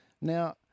Now